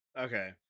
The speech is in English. okay